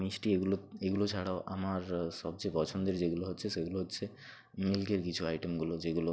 মিষ্টি এগুলো এগুলো ছাড়াও আমার সবচেয়ে পছন্দের যেগুলো হচ্ছে সেগুলো হচ্ছে মিল্কের কিছু আইটেমগুলো যেগুলো